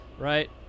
Right